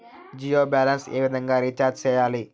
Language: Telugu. జియో బ్యాలెన్స్ ఏ విధంగా రీచార్జి సేయాలి?